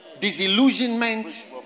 disillusionment